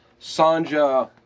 Sanja